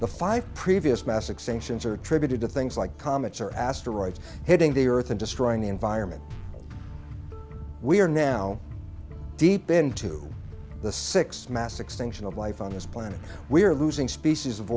the five previous mass extinctions are attributed to things like comets or asteroids hitting the earth and destroying the environment we are now deep into the six mass extinction of life on this planet we're losing species of